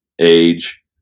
age